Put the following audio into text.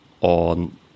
on